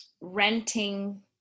renting